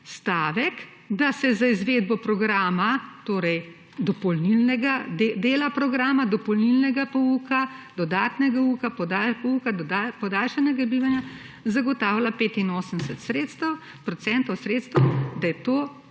stavek, da se za izvedbo programa, torej dopolnilnega dela programa, dopolnilnega pouka, dodatnega pouka, podaljšanega bivanja, zagotavlja 85 % sredstev, da je to